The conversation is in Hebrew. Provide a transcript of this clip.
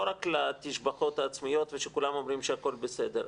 לא רק לתשבחות העצמיות ושכולם אומרים שהכול בסדר,